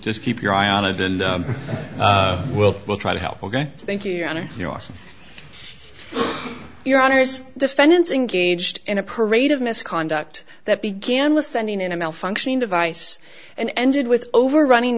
just keep your eye on it we'll we'll try to help ok thank you your honor your your honour's defendants engaged in a parade of misconduct that began with sending in a malfunctioning device and ended with overrunning